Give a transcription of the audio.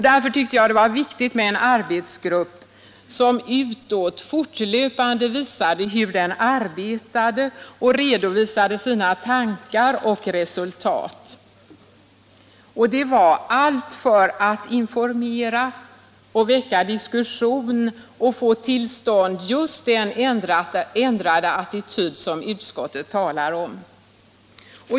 Därför tyckte jag att det var viktigt med en arbetsgrupp som utåt fortlöpande visade hur den arbetade och som redovisade sina tankar och resultat. Det var fråga om att informera, väcka diskussion och få till stånd just den ändrade attityd som utskottet talar om.